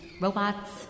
robots